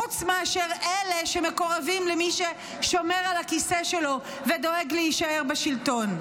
חוץ מאשר אלה שמקורבים למי ששומר על הכיסא שלו ודואג להישאר בשלטון,